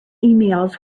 emails